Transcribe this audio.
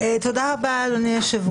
תודה רבה, אדוני היושב-ראש.